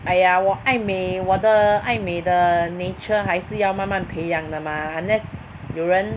!aiya! 我爱美我的爱美的 nature 还是要慢慢培养的 mah unless 有人